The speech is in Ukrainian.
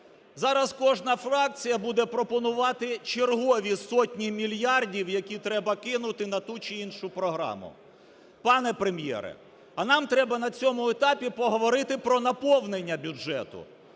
Зараз кожна фракція буде пропонувати чергові сотні мільярдів, які треба кинути на ту чи іншу програму. Пане Прем'єре, а нам треба на цьому етапі поговорити про наповнення бюджету,